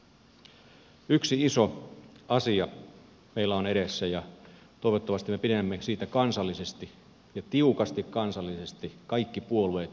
yksi iso asia meillä on edessä ja toivottavasti me pidämme siitä kansallisesti ja tiukasti kaikki puolueet yhdessä kiinni